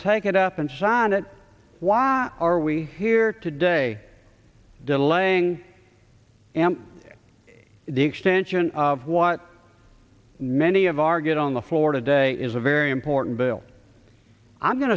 take it up and sign it why are we here today delaying and the extension of what many of our get on the floor today is a very important bill i'm going